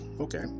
Okay